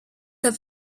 have